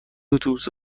اتوبوس